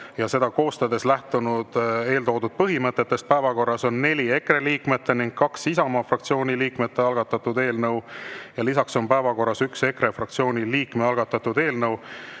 päevakorda koostades lähtunud eeltoodud põhimõtetest. Päevakorras on neli EKRE [fraktsiooni] liikmete ning kaks Isamaa fraktsiooni liikmete algatatud eelnõu. Lisaks on päevakorras üks EKRE fraktsiooni liikme algatatud eelnõu,